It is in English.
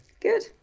Good